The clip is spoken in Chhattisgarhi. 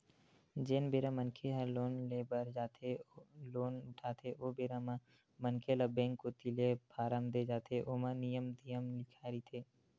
जेन बेरा मनखे ह लोन ले बर जाथे लोन उठाथे ओ बेरा म मनखे ल बेंक कोती ले फारम देय जाथे ओमा नियम धियम लिखाए रहिथे